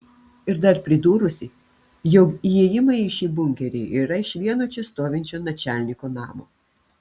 ir dar pridūrusi jog įėjimai į šį bunkerį yra iš vieno čia stovinčio načalniko namo